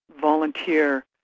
volunteer